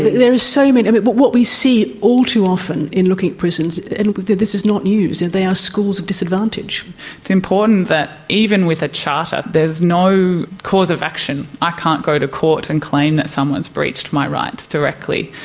there are so many, what what we see all too often in looking at prisons, and this is not news, and they are schools of disadvantage. it's important that even with a charter, there's no cause of action. i can't go to court and claim that someone has breached my rights directly.